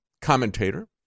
commentator